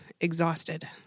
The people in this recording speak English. exhausted